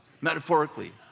metaphorically